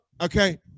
okay